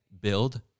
build